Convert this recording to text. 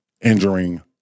injuring